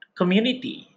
community